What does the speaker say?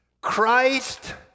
Christ